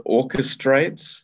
orchestrates